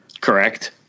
Correct